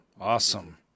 awesome